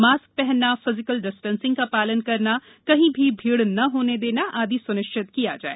mask पहनना physical distancing का पालन करना कहीं भी भीड़ न होने देना आदि स्निश्चित किया जाए